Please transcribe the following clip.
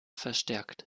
verstärkt